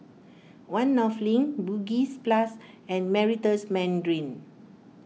one North Link Bugis Plus and Meritus Mandarin